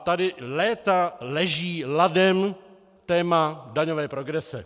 Tady léta leží ladem téma daňové progrese.